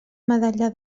medalla